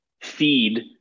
feed